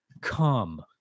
Come